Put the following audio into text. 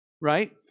Right